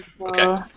okay